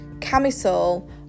camisole